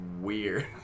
weird